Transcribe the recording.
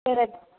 சரி வச்சு